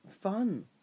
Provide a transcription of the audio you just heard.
fun